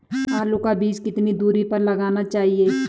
आलू का बीज कितनी दूरी पर लगाना चाहिए?